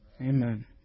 Amen